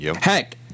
heck